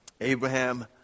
Abraham